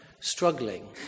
struggling